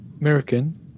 American